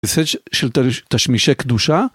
זה של תשמישי קדושה?